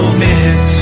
mix